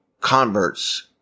converts